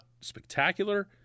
spectacular